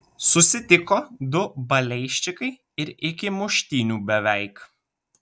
susitiko du balėjščikai ir iki muštynių beveik